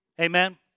Amen